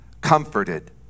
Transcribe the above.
comforted